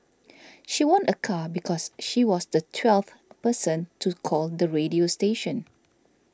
she won a car because she was the twelfth person to call the radio station